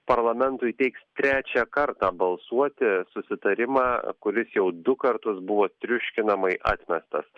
parlamentui teiks trečią kartą balsuoti susitarimą kuris jau du kartus buvo triuškinamai atmestas